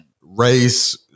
race